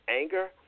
anger